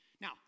Now